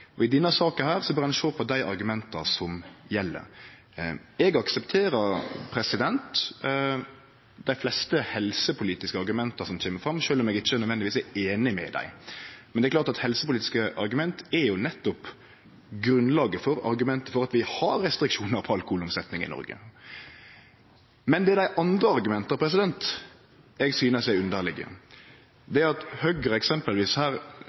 og ser kvar sak for seg, og i denne saka burde ein sjå på dei argumenta som gjeld. Eg aksepterer dei fleste helsepolitiske argumenta som kjem fram, sjølv om eg ikkje nødvendigvis er einig i dei, men det er klart at helsepolitiske argument er nettopp grunnlaget for argumentet for at vi har restriksjonar på alkoholomsetning i Noreg. Men det er dei andre argumenta eg synest er underlege. Det at Høgre f.eks. her